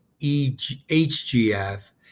HGF